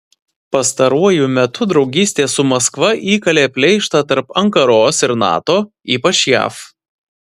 pastaruoju metu draugystė su maskva įkalė pleištą tarp ankaros ir nato ypač jav